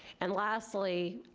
and lastly,